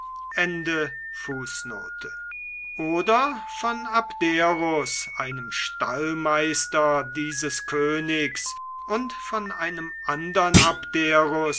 oder von abderus einem stallmeister dieses königs oder von einem andern abderus